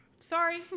Sorry